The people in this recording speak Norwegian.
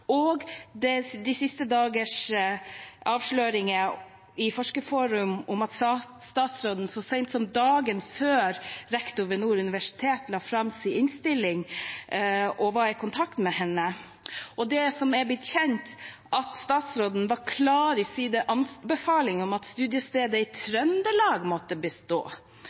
de siste dagers avsløringer i Forskerforum om at statsråden så seint som dagen før rektor ved Nord universitet la fram sin innstilling, var i kontakt med henne, og det er blitt kjent at statsråden var klar i sin anbefaling om at studiestedet i Trøndelag måtte bestå,